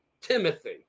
Timothy